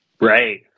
Right